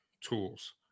tools